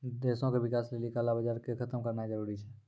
देशो के विकास लेली काला बजार के खतम करनाय जरूरी छै